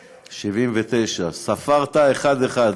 79. 79. ספרת אחד-אחד.